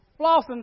flossing